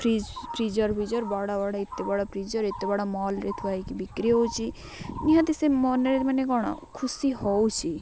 fridge freezer ବଡ଼ ବଡ଼ ଏତେ ବଡ଼ ଫ୍ରିଜର୍ ଏତେ ବଡ଼ ମଲ୍ରେ ଥୁଆ ହେଇକି ବିକ୍ରି ହେଉଛି ନିହାତି ସେ ମନରେ ମାନେ କ'ଣ ଖୁସି ହେଉଛି